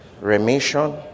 remission